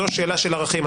זו שאלה של ערכים.